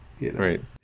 Right